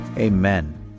Amen